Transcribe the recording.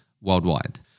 worldwide